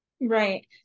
Right